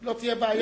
לא תהיה בעיה.